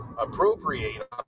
appropriate